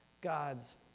God's